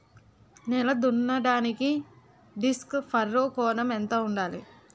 నేల దున్నడానికి disc furrow కోణం ఎంత ఉండాలి?